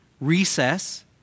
recess